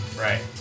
Right